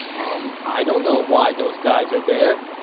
umm, i don't know why those guys are there.